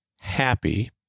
happy